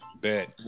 Bet